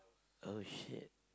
oh shit